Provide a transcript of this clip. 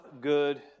good